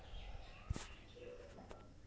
বিমার জন্য আমি কি কিভাবে আবেদন করব?